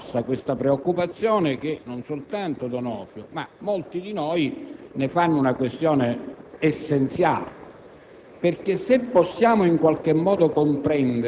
Anzi, è talmente grossa questa preoccupazione che non soltanto il senatore D'Onofrio, ma molti di noi ne fanno un questione essenziale.